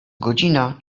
godzina